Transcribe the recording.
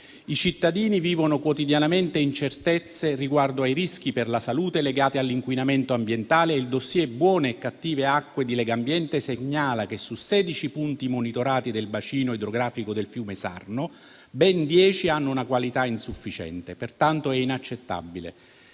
I cittadini vivono quotidianamente incertezze riguardo ai rischi per la salute legati all'inquinamento ambientale e il *dossier* «Buone e cattive acque» di Legambiente segnala che, su 16 punti monitorati del bacino idrografico del fiume Sarno, ben 10 hanno una qualità insufficiente. Pertanto, è inaccettabile